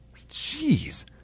Jeez